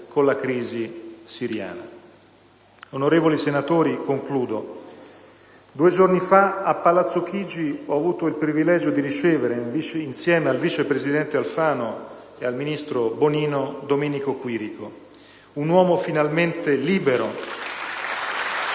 con la crisi siriana. Onorevoli senatori, due giorni fa a Palazzo Chigi ho avuto il privilegio di ricevere, insieme al vice presidente Alfano e al ministro Bonino, Domenico Quirico, un uomo finalmente libero...